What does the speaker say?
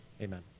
amen